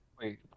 Wait